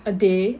a day